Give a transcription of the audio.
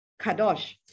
Kadosh